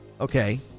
Okay